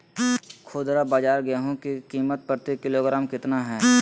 खुदरा बाजार गेंहू की कीमत प्रति किलोग्राम कितना है?